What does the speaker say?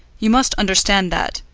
you must understand that,